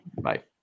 bye